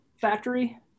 factory